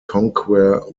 conquer